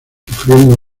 sufriendo